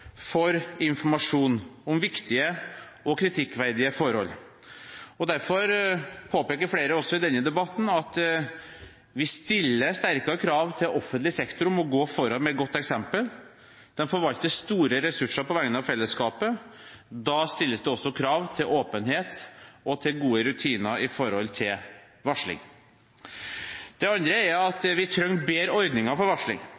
for informasjon om viktige og kritikkverdige forhold. Derfor påpeker flere, også i denne debatten, at vi stiller sterkere krav til offentlig sektor om å gå foran med et godt eksempel. De forvalter store ressurser på vegne av fellesskapet, da stilles det også krav til åpenhet og gode rutiner for varsling. Det andre er at vi trenger bedre ordninger for varsling.